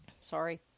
Sorry